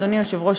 אדוני היושב-ראש,